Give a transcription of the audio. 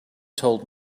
told